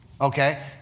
Okay